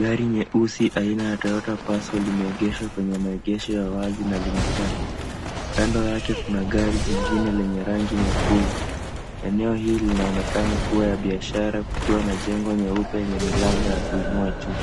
Gari nyeusi aina ya Toyota Passo limeegesha kwenye maegesho ya wazi na linang'aa. Kando yake kuna gari jingine lenye rangi nyekundu. Eneo hili linaonekana kuwa ya biashara kukiwa na jengo nyeupe yenye milango ya kuinua juu.